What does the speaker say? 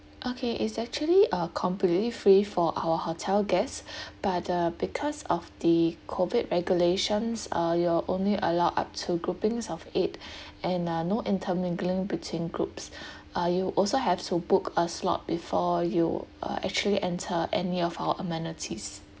okay it's actually a completely free for our hotel guests but uh because of the COVID regulations uh you're only allow up to groupings of eight and uh no intermingling between groups uh you also have to book a slot before you uh actually enter any of our amenities